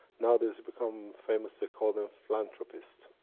now they've become famous, they call them philantrophists.